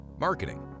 marketing